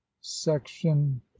section